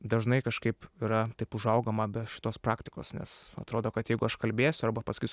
dažnai kažkaip yra taip užaugama be šitos praktikos nes atrodo kad jeigu aš kalbėsiu arba pasakysiu